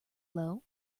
low